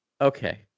okay